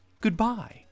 Goodbye